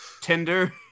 Tinder